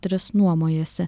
tris nuomojasi